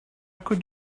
could